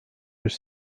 yüz